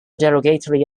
derogatory